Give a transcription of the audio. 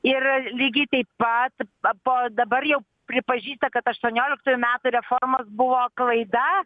ir lygiai taip pat p po dabar jau pripažįsta kad aštuonioliktųjų metų reformos buvo klaida